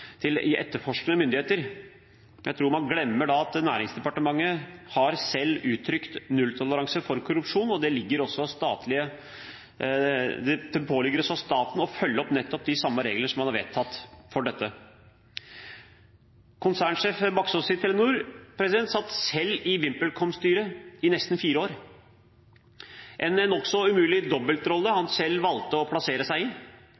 til de etterforskende myndigheter. Jeg tror man glemmer da at Næringsdepartementet selv har uttrykt nulltoleranse for korrupsjon, og det påligger også staten å følge opp nettopp de samme regler som man har vedtatt for dette. Konsernsjef Baksaas i Telenor satt selv i VimpelCom-styret i nesten fire år, en nokså umulig dobbeltrolle han selv valgte å plassere seg i.